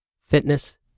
fitness